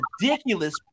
ridiculous